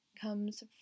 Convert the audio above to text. comes